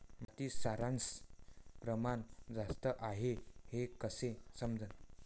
मातीत क्षाराचं प्रमान जास्त हाये हे कस समजन?